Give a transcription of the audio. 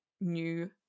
new